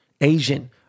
Asian